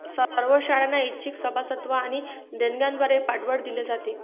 सर्व शाळांना ऐच्छिक सभासदत्व आणि देणग्यांद्वारे पाठबळ दिले जाते